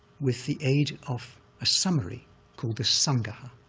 with the aid of a summary called the sangaha,